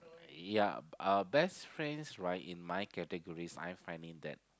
yeah uh best friends right in my categories I find it that